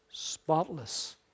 spotless